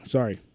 Sorry